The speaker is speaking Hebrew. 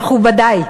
מכובדי,